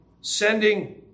sending